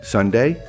Sunday